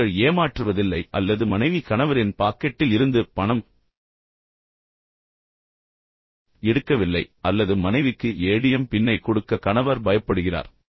குழந்தைகள் ஏமாற்றுவதில்லை அல்லது மனைவி கணவரின் பாக்கெட்டில் இருந்து பணம் எடுக்கவில்லை அல்லது மனைவிக்கு ஏடிஎம் பின்னை கொடுக்க கணவர் பயப்படுகிறார்